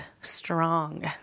strong